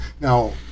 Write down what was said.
Now